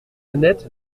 annette